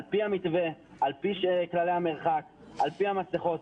על פי המתווה ועל פי כללי המרחק ועטיית המסכות.